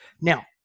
Now